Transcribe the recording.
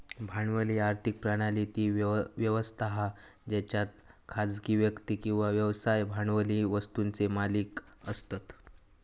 भांडवली आर्थिक प्रणाली ती व्यवस्था हा जेच्यात खासगी व्यक्ती किंवा व्यवसाय भांडवली वस्तुंचे मालिक असतत